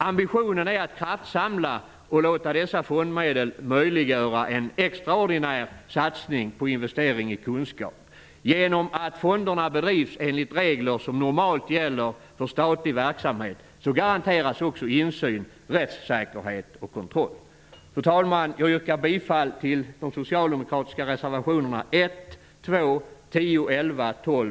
Ambitionen är att kraftsamla och låta dessa fondmedel möjliggöra en extraordinär satsning på investering i kunskap. Genom att fonderna drivs enligt regler som normalt gäller för statlig verksamhet garanteras också insyn, rättssäkerhet och kontroll. Fru talman! Jag yrkar bifall till de socialdemokratiska reservationerna 1, 2, 10, 11, 12,